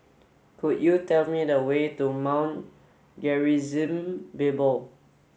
could you tell me the way to Mount Gerizim Bible